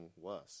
worse